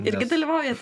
irgi dalyvaujat